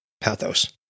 pathos